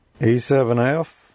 E7F